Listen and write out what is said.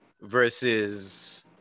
versus